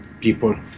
people